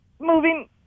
moving